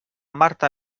marta